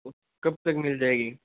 कब तक मिल जाएगी